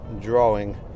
drawing